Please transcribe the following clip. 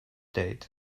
date